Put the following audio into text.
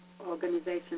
Organization